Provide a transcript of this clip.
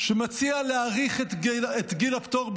שמציע להאריך את גיל הפטור בשנה,